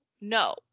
No